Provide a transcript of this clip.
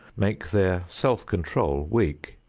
make their self-control weak.